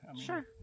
Sure